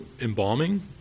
embalming